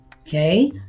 Okay